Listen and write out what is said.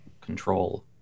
control